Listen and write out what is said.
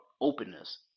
openness